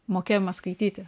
mokėjimas skaityti